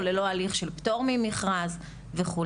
או ללא הליך של פטור ממכרז וכדומה.